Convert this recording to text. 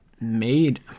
Made